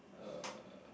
uh